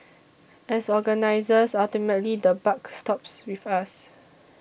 as organisers ultimately the buck stops with us